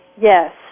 Yes